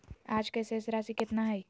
आज के शेष राशि केतना हइ?